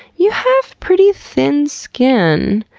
you have pretty thin skin.